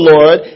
Lord